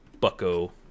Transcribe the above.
bucko